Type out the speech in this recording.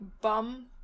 bum